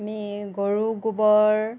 আমি গৰু গোবৰ